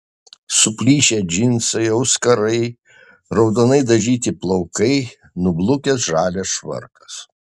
suplyšę džinsai auskarai raudonai dažyti plaukai nublukęs žalias švarkas